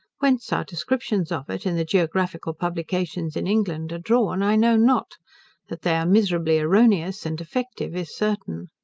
whence our descriptions of it, in the geographical publications in england, are drawn, i know not that they are miserably erroneous and defective, is certain.